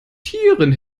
tieren